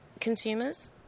consumers